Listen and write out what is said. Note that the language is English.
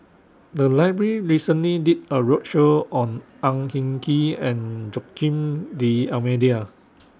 The Library recently did A roadshow on Ang Hin Kee and Joaquim D'almeida